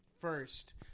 first